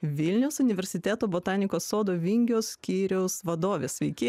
vilniaus universiteto botanikos sodo vingio skyriaus vadovė sveiki